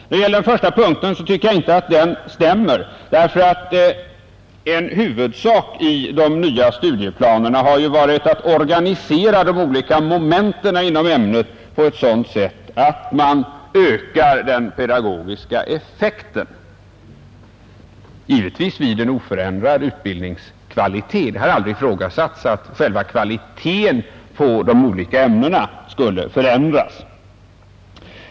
När det gäller den första punkten tycker jag inte att det stämmer; en huvudsak i de nya studieplanerna har ju varit att organisera de olika momenten inom ämnet på ett sådant sätt att man ökar den pedagogiska effekten, givetvis vid en oförändrad utbildningskvalitet — det har aldrig ifrågasatts att själva kvaliteten på de olika ämnena skulle förändras.